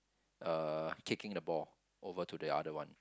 uh kicking the ball over to the other one